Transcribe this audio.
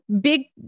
big